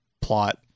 plot